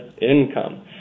income